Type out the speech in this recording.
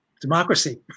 democracy